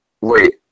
Wait